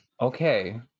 Okay